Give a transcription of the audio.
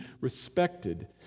respected